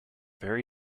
very